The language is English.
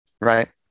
right